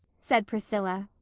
said priscilla.